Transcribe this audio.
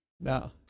No